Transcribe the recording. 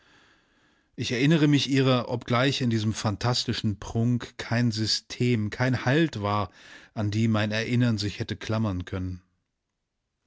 ich erinnere mich ihrer obgleich in diesem phantastischen prunk kein system kein halt war an die mein erinnern sich hätte klammern können